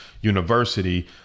University